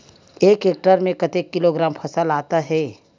एक टेक्टर में कतेक किलोग्राम फसल आता है?